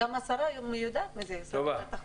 גם שרת התחבורה יודעת על כך.